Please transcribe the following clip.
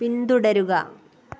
പിന്തുടരുക